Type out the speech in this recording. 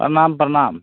प्रणाम प्रणाम